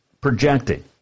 projecting